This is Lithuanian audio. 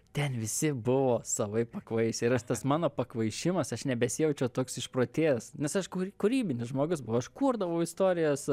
ten visi buvo savaip pakvaišę ir aš tas mano pakvaišimas aš nebesijaučiau toks išprotėjęs nes aš kur kūrybinis žmogus buvau aš kurdavau istorijas